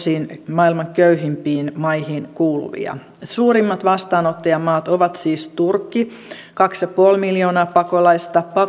maailman köyhimpiin maihin kuuluvia suurimmat vastaanottajamaat ovat siis turkki kaksi pilkku viisi miljoonaa pakolaista